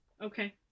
Okay